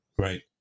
right